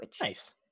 Nice